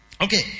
Okay